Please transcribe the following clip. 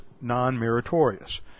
non-meritorious